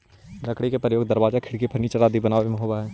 लकड़ी के प्रयोग दरवाजा, खिड़की, फर्नीचर आदि बनावे में होवऽ हइ